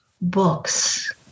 books